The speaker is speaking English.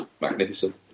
magnificent